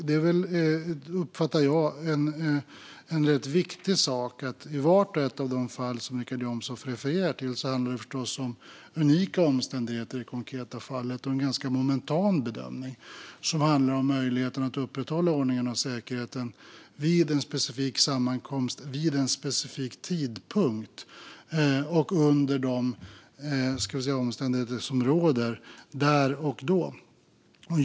Det är väl en rätt viktig sak att det i vart och ett av de fall som Richard Jomshof refererar till handlar om unika omständigheter i det konkreta fallet och en ganska momentan bedömning som handlar om möjligheten att upprätthålla ordningen och säkerheten vid en specifik sammankomst, vid en specifik tidpunkt och under de omständigheter som råder där och då.